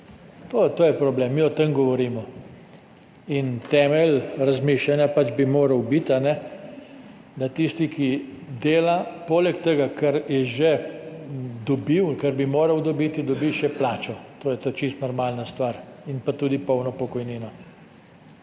To je problem. Mi govorimo o tem. Temelj razmišljanja bi pač moral biti, da tisti, ki dela, poleg tega, kar je že dobil, kar bi moral dobiti, dobi še plačo, to je čisto normalna stvar, in tudi polno pokojnino.